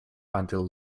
until